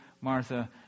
Martha